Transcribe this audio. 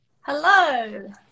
Hello